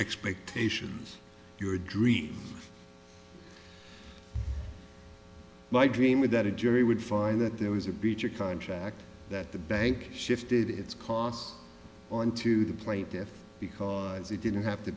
expectations your dream my dream is that a jury would find that there was a breach or contract that the bank shifted its cost onto the plate there because he didn't have to